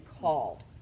called